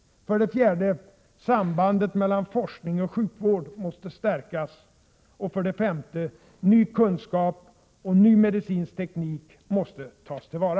4. Sambandet mellan forskning och sjukvård måste stärkas. 5. Ny kunskap och ny medicinsk teknik måste tas till vara.